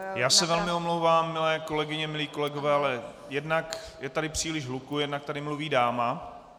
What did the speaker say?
Já se velmi omlouvám, milé kolegyně, milí kolegové, ale jednak je tady příliš hluku, jednak tady mluví dáma.